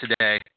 today